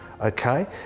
okay